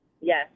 Yes